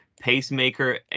pacemaker